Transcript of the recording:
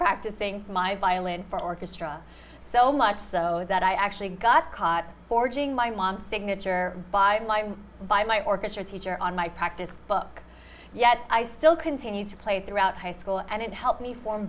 practicing my violin for orchestra so much so that i actually got caught forging my mom's signature by my orchestra teacher on my practice book yet i still continued to play throughout high school and it helped me form